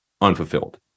unfulfilled